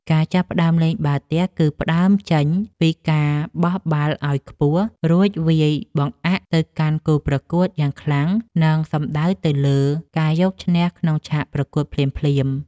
ការចាប់ផ្ដើមលេងបាល់ទះគឺផ្ដើមចេញពីការបោះបាល់ឱ្យខ្ពស់រួចវាយបង្អាកទៅកាន់គូប្រកួតយ៉ាងខ្លាំង និង សំដៅទៅលើការយកឈ្នះក្នុងឆាកប្រកួតភ្លាមៗ។